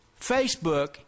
facebook